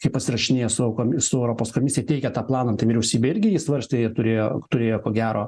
kaip pasirašinėjo su aukom su europos komisija teikė tą planą tai vyriausybė irgi jį svarstė ir turėjo turėjo ko gero